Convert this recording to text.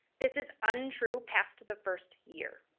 this is untrue past the first year.